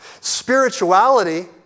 Spirituality